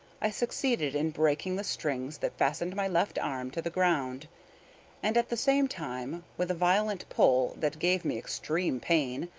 i succeeded in breaking the strings that fastened my left arm to the ground and at the same time, with a violent pull that gave me extreme pain,